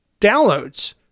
downloads